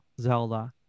Zelda